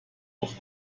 auf